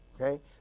okay